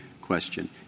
question